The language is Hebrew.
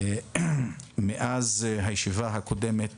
מאז הישיבה הקודמת